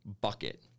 bucket